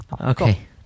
Okay